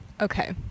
Okay